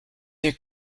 their